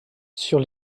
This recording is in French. sur